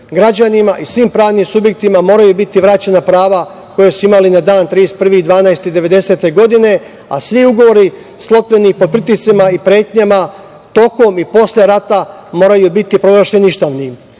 građanima i svim pravnim subjektima moraju biti vraćena prava koja su imali na dan 31.12.1990. godine, a svi ugovori sklopljeni pod pritiscima i pretnjama tokom i posle rata moraju biti proglašeni ništavnim. Mi